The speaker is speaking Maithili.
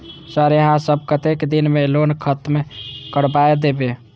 सर यहाँ सब कतेक दिन में लोन खत्म करबाए देबे?